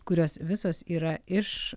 kurios visos yra iš